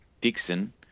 Dixon